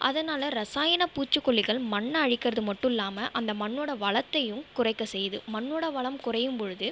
அதனால் ரசாயன பூச்சிக்கொல்லிகள் மண்ணை அழிக்கிறது மட்டும் இல்லாமல் அந்த மண்ணோட வளத்தையும் குறைக்க செய்யுது மண்ணோட வளம் குறையும்பொழுது